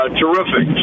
terrific